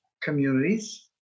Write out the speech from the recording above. communities